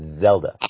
Zelda